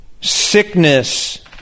sickness